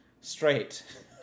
straight